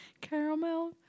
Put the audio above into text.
Caramel